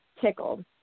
tickled